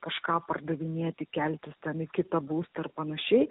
kažką pardavinėti keltis ten į kitą būstą ar panašiai